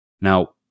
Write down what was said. Now